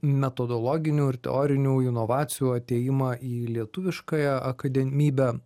metodologinių ir teorinių inovacijų atėjimą į lietuviškąją akademybę